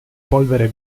polvere